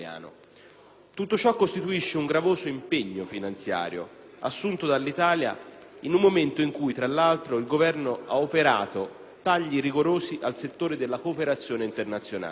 Tutto ciò costituisce un gravoso impegno finanziario assunto dall'Italia in un momento in cui, tra l'altro, il Governo ha operato tagli rigorosi al settore della cooperazione internazionale.